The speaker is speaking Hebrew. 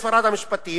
עובד משרד המשפטים,